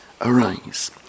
arise